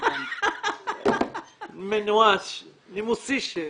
משהו נימוסי.